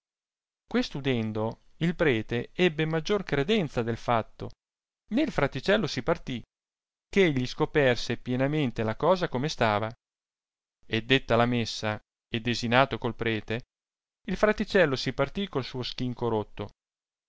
questo udendo il prete ebbe maggior credenza del fatto ne il fraticello si partì eh egli scoperse pienamente la cosa come stava e detta la messa e desinato col prete il fraticello si partì col suo schinco rotto